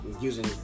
using